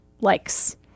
likes